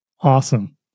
Awesome